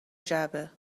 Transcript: جعبه